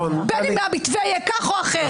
גם אם המתווה יהיה כך או אחרת.